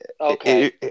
Okay